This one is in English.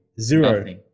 Zero